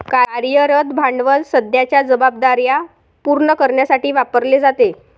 कार्यरत भांडवल सध्याच्या जबाबदार्या पूर्ण करण्यासाठी वापरले जाते